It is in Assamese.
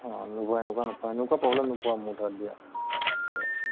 অঁ এনেকুৱা এনেকুৱা নোপোৱা এনেকুৱা প্ৰবলেম নোপোৱা মোৰ তাত দিয়া